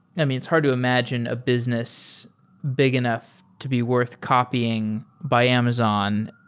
i mean, it's hard to imagine a business big enough to be worth copying by amazon,